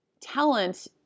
Talent